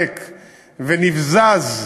ריק ונבזז,